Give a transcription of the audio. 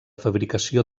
fabricació